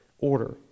order